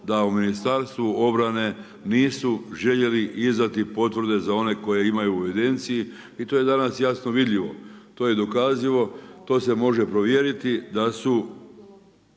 da u Ministarstvu obrane nisu željeli izdati potvrde za one koje imaju u evidenciji i to je danas jasno vidljivo, to je dokazivo, to se može provjeriti da su